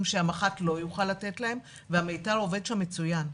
שהמח"ט לא יוכל לתת להם והמיתר עובד שם מצוין.